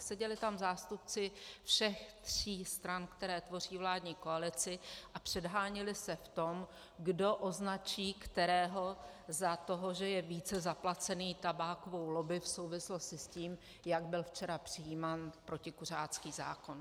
Seděli tam zástupci všech tří stran, které tvoří vládní koalici, a předháněli se v tom, kdo označí kterého za toho, že je více zaplacený tabákovou lobby v souvislosti s tím, jak byl včera přijímán protikuřácký zákon.